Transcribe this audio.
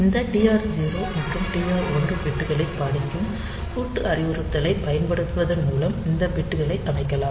இந்த டிஆர் 0 மற்றும் டிஆர் 1 பிட்களை பாதிக்கும் கூட்டு அறிவுறுத்தலைப் பயன்படுத்துவதன் மூலம் இந்த பிட்களை அமைக்கலாம்